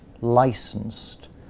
licensed